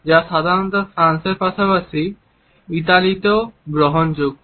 যা সাধারণত ফ্রান্সের পাশাপাশি ইতালিতে গ্রহণযোগ্য